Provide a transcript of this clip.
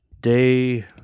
day